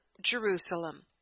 Jerusalem